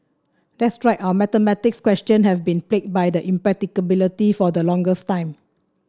that's right our mathematics question have been plagued by impracticality for the longest time